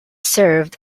served